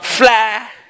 Fly